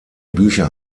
bücher